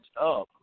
up